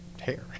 hair